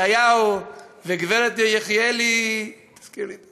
ישעיהו וגברת יחיאלי, תמי.